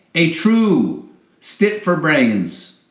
a true stit for brains.